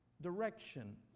direction